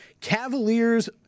Cavaliers